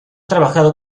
trabajado